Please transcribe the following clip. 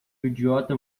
idiota